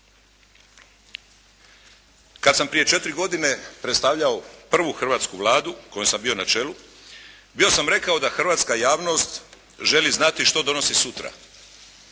Kad sam prije četiri godine predstavljao prvu hrvatsku Vladu u kojoj sam bio na čelu bio sam rekao da hrvatska javnost želi znati što donosi sutra,